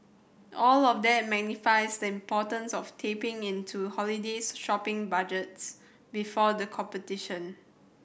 all of that magnifies the importance of tapping into holiday shopping budgets before the competition